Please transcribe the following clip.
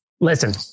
Listen